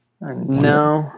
No